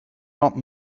are